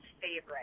favorite